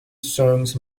zones